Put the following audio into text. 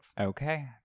Okay